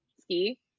ski